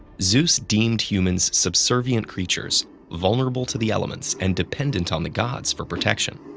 zeus deemed humans subservient creatures vulnerable to the elements and dependent on the gods for protection.